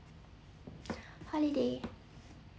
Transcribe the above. holiday